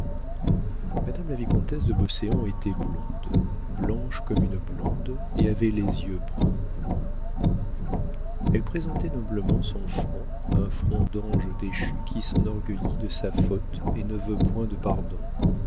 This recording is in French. madame la vicomtesse de beauséant était blonde blanche comme une blonde et avait les yeux bruns elle présentait noblement son front un front d'ange déchu qui s'enorgueillit de sa faute et ne veut point de pardon